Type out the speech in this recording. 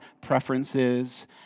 preferences